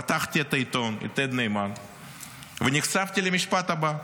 פתחתי את העיתון יתד נאמן ונחשפתי למשפט הבא,